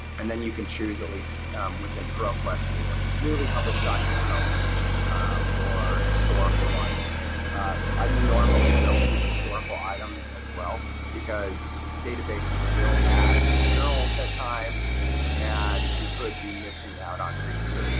and then you can choose at least within proquest for newly published documents only or historical ones i normally will keep historical items as well because databases will add new journals at times and you could be missing out on research